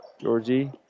Georgie